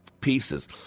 pieces